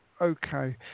Okay